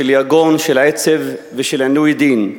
של יגון, של עצב ושל עינוי דין.